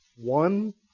One